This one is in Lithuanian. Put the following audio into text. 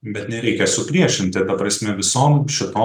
bet nereikia supriešinti ta prasme visom šitom